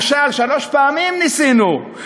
שלוש פעמים ניסינו,